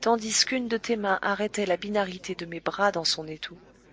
tandis qu'une de tes mains arrêtait la binarité de mes bras dans son étau